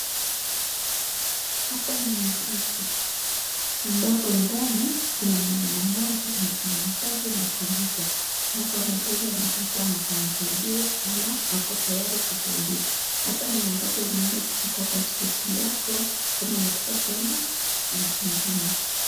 Hapa ni ofisi ambapo ndani kuna mwanaume mmoja amesimama pale na (computer) alafu hapo anweza kuwa amesaidiwa ama hako tayari kusaidiwa. Hapa ni ambako unaenda kuchukua pasipoti yako unapotaka kwenda inchi nyingine.